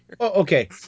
Okay